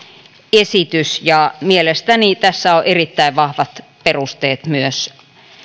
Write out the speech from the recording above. esitys ja mielestäni tässä on erittäin vahvat perusteet myös